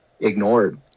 ignored